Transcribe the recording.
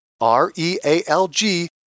R-E-A-L-G